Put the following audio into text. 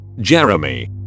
Jeremy